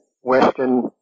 Western